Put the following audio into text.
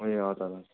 ए अँ त ल